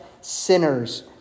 sinners